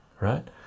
right